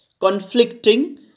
conflicting